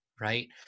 right